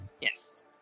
Yes